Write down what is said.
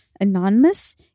anonymous